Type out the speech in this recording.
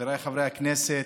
חבריי חברי הכנסת,